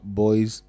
boys